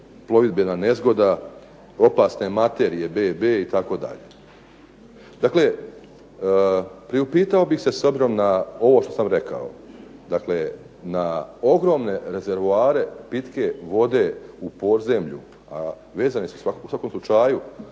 plovidbena nezgoda, opasne materije bb itd. Dakle, priupitao bih se s obzirom na ovo što sam rekao, dakle na ogromne rezervoare pitke vode u podzemlju a vezane su u svakom slučaju